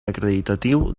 acreditatiu